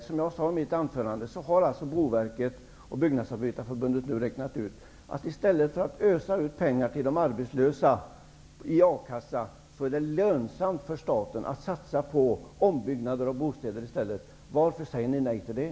Som jag sade i mitt anförande har Boverket och Byggnadsarbetareförbundet nu räknat ut att det i stället för att ösa ut pengar till de arbetslösa genom A-kassa är lönsamt för staten att satsa på ombyggnader. Varför säger ni nej till det?